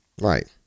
Right